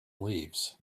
leaves